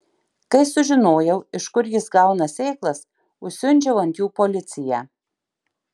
kai sužinojau iš kur jis gauna sėklas užsiundžiau ant jų policiją